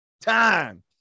time